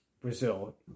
Brazil